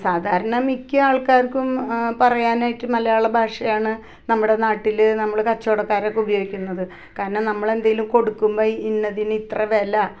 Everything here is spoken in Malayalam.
സാധാരണ മിക്ക ആൾക്കാർക്കും പറയാനായിട്ട് മലയാള ഭാഷയാണ് നമ്മുടെ നാട്ടിൽ നമ്മൾ കച്ചവടക്കാരൊക്കെ ഉപയോഗിക്കുന്നത് കാരണം നമ്മൾ എന്തെങ്കിലും കൊടുക്കുമ്പം ഇന്നതിന് ഇത്ര വില